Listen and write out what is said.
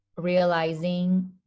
realizing